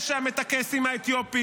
יש שם את הקייסים האתיופים,